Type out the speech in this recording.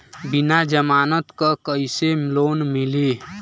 बिना जमानत क कइसे लोन मिली?